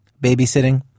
babysitting